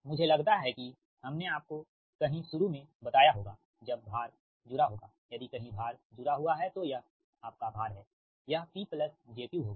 मुझे लगता है कि हमने आपको कहीं शुरू में बताया होगा जब भार जुड़ा होगायदि कही भार जुड़ा हुआ है तो यह आपका भार है यह P j Qहोगा